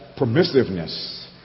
permissiveness